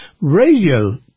radio